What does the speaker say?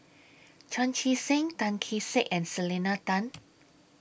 Chan Chee Seng Tan Kee Sek and Selena Tan